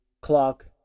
clock